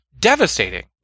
Devastating